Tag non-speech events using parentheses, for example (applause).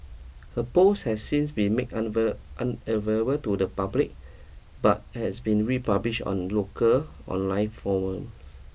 her post has since been made (unintelligible) unavailable to the public but has been republished on local online forums